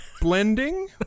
blending